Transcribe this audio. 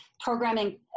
programming